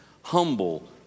Humble